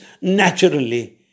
naturally